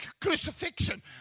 crucifixion